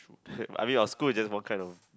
I mean our school is just one kind of